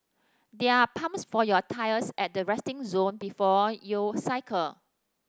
there are pumps for your tyres at the resting zone before you cycle